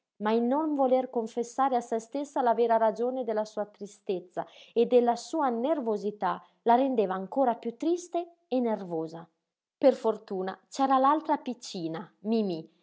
ma il non voler confessare a se stessa la vera ragione della sua tristezza e della sua nervosità la rendeva ancora piú triste e nervosa per fortuna c'era l'altra piccina mimí